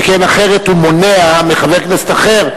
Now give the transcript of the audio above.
שכן אחרת הוא מונע מחבר כנסת אחר,